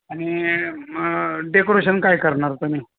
आणि मग डेकोरेशन काय करणार तुम्ही